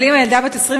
אבל אם הילדה בת 21,